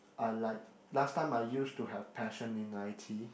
I like last time I used to have passion in I_T